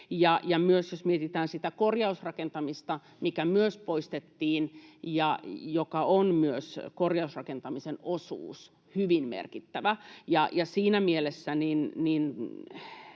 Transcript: Myös jos mietitään sitä korjausrakentamista, mikä myös poistettiin, ja sitä, että korjausrakentamisen osuus on hyvin merkittävä, niin siinä mielessä